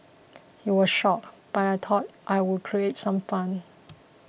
he was shocked but I thought I'd create some fun